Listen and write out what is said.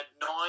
nine